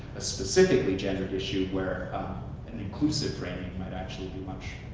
a specifically gendered issue where an inclusive framing might actually be much